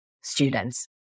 students